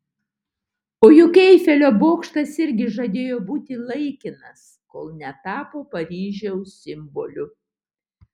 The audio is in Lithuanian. o juk eifelio bokštas irgi žadėjo būti laikinas kol netapo paryžiaus simboliu